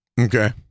Okay